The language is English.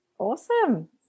Awesome